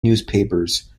newspapers